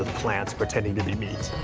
ah plants pretending to be me.